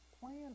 plan